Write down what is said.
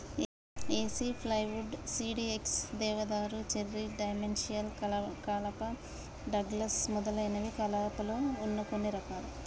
ఏసి plywood, CDX, దేవదారు, cherry, dimensional కలప, Douglas మొదలైనవి కలపలో వున్న కొన్ని రకాలు